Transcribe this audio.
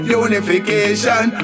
unification